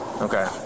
Okay